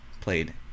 played